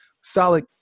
solid